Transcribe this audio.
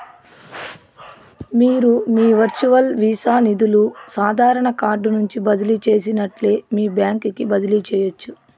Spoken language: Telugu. మీరు మీ వర్చువల్ వీసా నిదులు సాదారన కార్డు నుంచి బదిలీ చేసినట్లే మీ బాంక్ కి బదిలీ చేయచ్చు